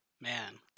man